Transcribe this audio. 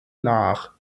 nach